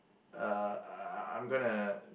uh I I'm gonna